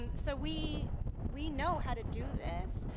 and so we we know how to do this.